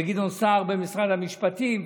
גדעון סער במשרד המשפטים,